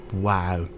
Wow